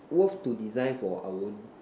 worth to design for our own